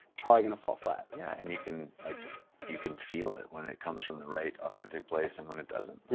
it's probably gonna fall flat. yeah and you can like you can feel it when it comes from the right authentic place and when it doesn't.